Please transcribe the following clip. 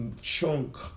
chunk